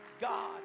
God